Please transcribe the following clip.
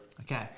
Okay